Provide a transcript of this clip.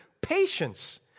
patience